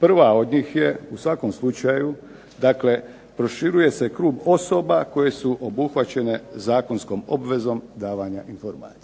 Prva od njih je u svakom slučaju, dakle proširuje se krug osoba koje su obuhvaćene zakonskom obvezom davanja informacija,